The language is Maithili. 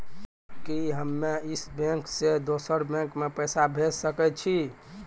कि हम्मे इस बैंक सें दोसर बैंक मे पैसा भेज सकै छी?